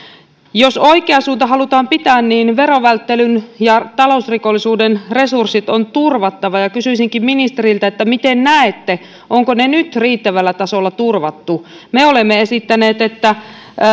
jos oikea suunta halutaan pitää niin verovälttelyn ja talousrikollisuuden torjunnan resurssit on turvattava kysyisinkin ministeriltä miten näette onko ne nyt riittävällä tasolla turvattu me olemme esittäneet että